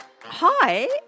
Hi